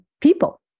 people